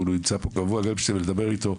הוא נמצא פה קבוע, גפשטיין לדבר איתו.